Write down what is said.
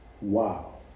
Wow